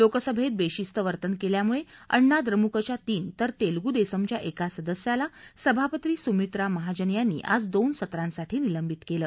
लोकसभेत बेशिस्त वर्तन केल्यामुळे अण्णा द्रमुकच्या तीन तर तेलगू देसमच्या एका सदस्याला सभापती सुमित्रा महाजन यांनी आज दोन सत्रांसाठी निलंबित केलं